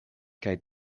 kaj